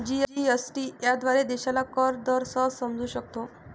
GST याद्वारे देशाला कर दर सहज समजू शकतो